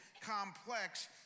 complex